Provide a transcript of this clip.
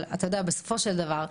בסופו של דבר,